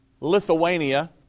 Lithuania